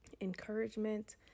encouragement